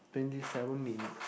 twenty seven minutes